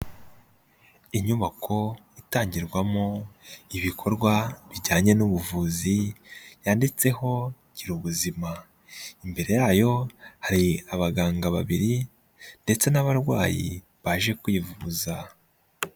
Inyubako itangirwamo ibikorwa bijyanye n'ubuvuzi, yanditseho gira ubuzima, imbere yayo hari abaganga babiri ndetse n'abarwayi baje kwivuza.